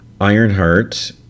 Ironheart